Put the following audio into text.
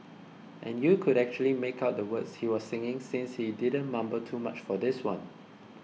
and you could actually make out the words he was singing since he didn't mumble too much for this one